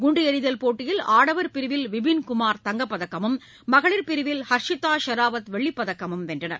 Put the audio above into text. குண்டுஎறிதல் போட்டியில் ஆடவர் பிரிவில் விபின் குமார் தங்கப்பதக்கமும் மகளிர் பிரிவில் ஹர்சிதாஷெராவத் வெள்ளிப்பதக்கழும் வென்றனர்